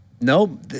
no